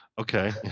Okay